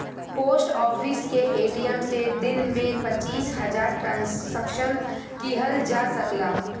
post office के ATM से दिन में पचीस हजार ट्रांसक्शन किहल जा सकला